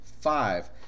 five